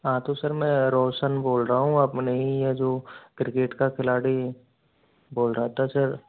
हाँ तो सर मैं रौशन बोल रहा हूँ अपने ही है जो क्रिकेट का खिलाड़ी बोल रहा था सर